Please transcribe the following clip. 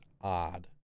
odd